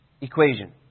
equation